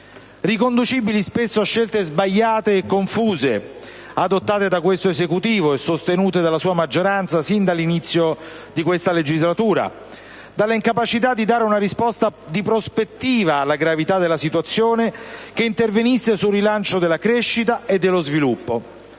riconducibili spesso a scelte sbagliate e confuse, adottate da questo Esecutivo e sostenute dalla sua maggioranza sin dall'inizio di questa legislatura; dalla incapacità di dare una risposta di prospettiva alla gravità della situazione che intervenisse sul rilancio della crescita e dello sviluppo;